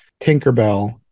Tinkerbell